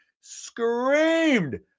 screamed